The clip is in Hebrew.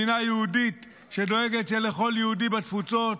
מדינה יהודית שדואגת שלכל יהודי בתפוצות